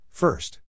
First